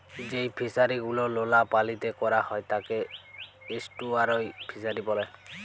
যেই ফিশারি গুলো লোলা পালিতে ক্যরা হ্যয় তাকে এস্টুয়ারই ফিসারী ব্যলে